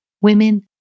women